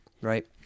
right